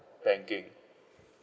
banking